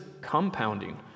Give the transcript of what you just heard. compounding